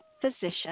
physician